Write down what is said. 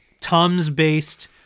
Tums-based